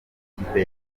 ikipe